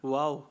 Wow